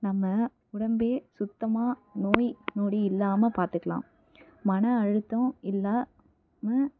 நம்ம உடம்பே சுத்தமாக நோய் நொடி இல்லாமல் பார்த்துக்கலாம் மன அழுத்தம் இல்லாமல்